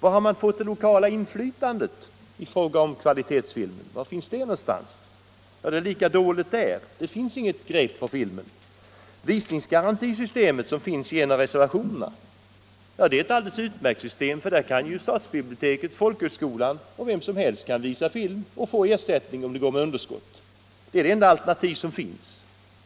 Var finns det lokala inflytandet i fråga om kvalitetsfilmen? Det är lika dåligt där, det finns inget grepp om filmen. Visningsgarantisystemet som finns i en av reservationerna är ett alldeles utmärkt system. Då kan stadsbiblioteket, folkhögskolan och vem som helst visa film och få ersättning om det går med förlust. Det är det enda alternativ som finns